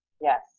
Yes